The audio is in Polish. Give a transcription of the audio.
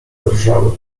drżały